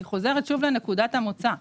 זו נקודת המוצא.